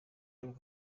paul